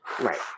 Right